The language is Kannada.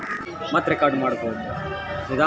ಹೊಲದ ಸಾಲ ತಗೋಬೇಕಾದ್ರೆ ಏನ್ಮಾಡಬೇಕು?